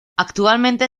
actualmente